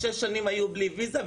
היו למשך שש שנים בלי ויזה,